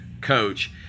coach